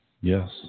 Yes